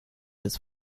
des